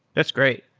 that's great.